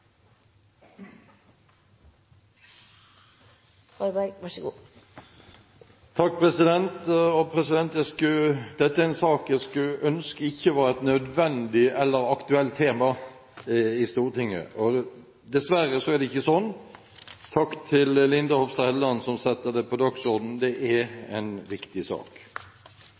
en sak jeg skulle ønske ikke var et nødvendig eller aktuelt tema i Stortinget. Dessverre er det ikke slik. Takk til Linda Hofstad Helleland som setter dette på dagsordenen. Det er en viktig sak.